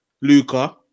Luca